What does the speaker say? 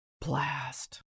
Blast